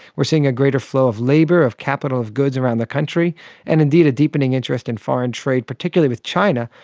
are seeing a greater flow of labour, of capital, of goods around the country and indeed a deepening interest in foreign trade, particularly with china,